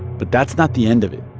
but that's not the end of it